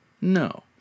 No